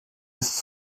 ist